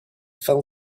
fell